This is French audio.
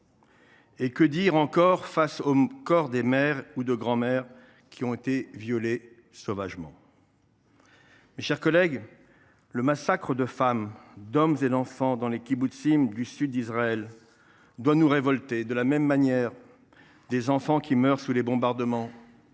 Et que dire encore face aux corps de mères ou de grands mères qui ont été violées sauvagement ?» Mes chers collègues, le massacre de femmes, d’hommes et d’enfants dans les kibboutzim du sud d’Israël doit nous révolter. De la même manière, des enfants qui meurent sous des bombardements,